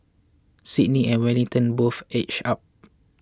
Sydney and Wellington both edged up